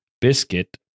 Biscuit